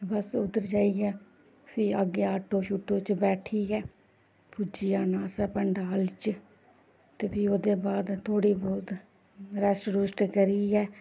बस उद्धर जाइयै फ्ही अग्गें आटो शैटो च बैठियै पुज्जी जाना असें पंडाल बिच्च ते फ्ही ओह्दे बाद थोह्ड़ी बोह्त रैस्ट रुस्ट करियै